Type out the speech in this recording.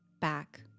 back